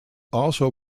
also